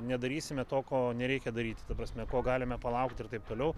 nedarysime to ko nereikia daryti ta prasme ko galime palaukti ir taip toliau